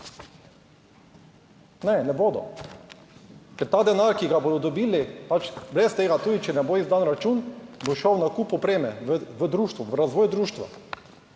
Ne, ne bodo, ker ta denar, ki ga bodo dobili, pač brez tega, tudi če ne bo izdan račun, bo šel v nakup opreme v društvo, v razvoj društva,